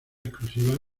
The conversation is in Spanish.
exclusiva